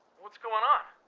what's going on?